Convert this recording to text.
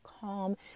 calm